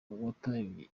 wataye